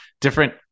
different